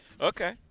Okay